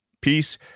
Peace